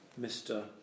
Mr